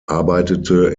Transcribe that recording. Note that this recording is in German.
arbeitete